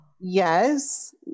Yes